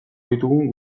digun